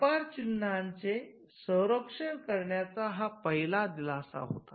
व्यापार चिन्हाचे संरक्षण करण्याचा हा पहिला दिलासा होता